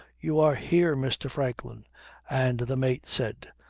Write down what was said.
you are here, mr. franklin and the mate said,